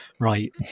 Right